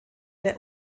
der